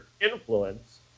influence